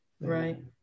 Right